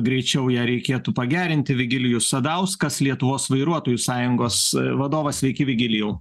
greičiau ją reikėtų pagerinti virgilijus sadauskas lietuvos vairuotojų sąjungos vadovas iki virgilijau